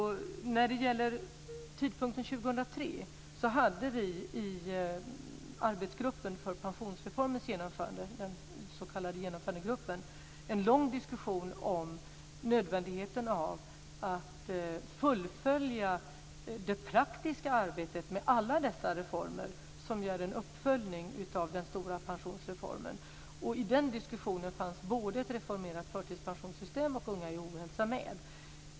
När det gäller tidpunkten 2003 hade vi i arbetsgruppen för pensionsreformens genomförande, den s.k. genomförandegruppen, en lång diskussion om nödvändigheten av att fullfölja det praktiska arbetet med alla dessa reformer, som ju är en uppföljning av den stora pensionsreformen. I den diskussionen fanns både ett reformerat förtidspensionssystem och unga i ohälsa med.